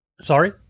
sorry